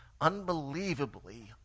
unbelievably